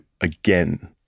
again